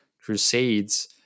Crusades